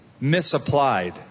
misapplied